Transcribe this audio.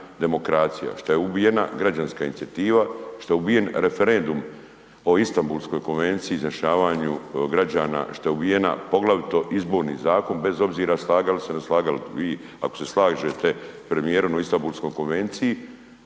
demokracija, šta je ubijena građanska inicijativa, šta je ubijen referendum o Istabulskoj konvenciji i izjašnjavanju građana, šta je ubijen poglavito Izborni zakon bez obzira slagali se ili ne slagali, vi ako se slažete sa premijerom ili Istanbulskoj konvenciji,